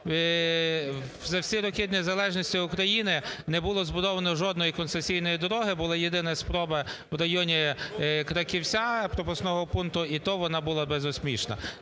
за всі роки незалежності України не було збудовано жодної концесійної дороги. Була єдина спроба в районі "Краковця", пропускного пункту, і то, вона була безуспішна.